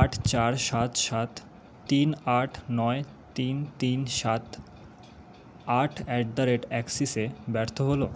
আট চার সাত সাত তিন আট নয় তিন তিন সাত আট অ্যাট দা রেট অ্যাক্সিসে ব্যর্থ হলো